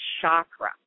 chakra